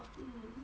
then